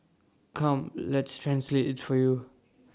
come let's translate IT for you